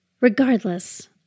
Regardless